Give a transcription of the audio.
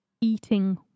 eating